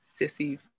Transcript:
sissy